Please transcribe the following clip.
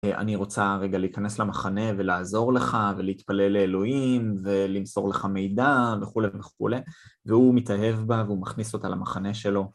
אני רוצה רגע להיכנס למחנה ולעזור לך, ולהתפלל לאלוהים, ולמסור לך מידע, וכולי וכולי, והוא מתאהב בה והוא מכניס אותה למחנה שלו.